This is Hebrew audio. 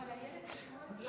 אבל איילת רשומה לפניי.